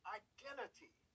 identity